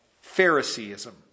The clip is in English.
Phariseeism